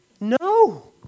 No